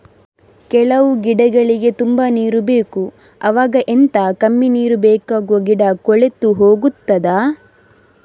ಕೆಲವು ಗಿಡಗಳಿಗೆ ತುಂಬಾ ನೀರು ಬೇಕು ಅವಾಗ ಎಂತ, ಕಮ್ಮಿ ನೀರು ಬೇಕಾಗುವ ಗಿಡ ಕೊಳೆತು ಹೋಗುತ್ತದಾ?